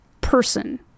person